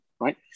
right